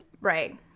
Right